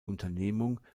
unternehmung